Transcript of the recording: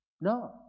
No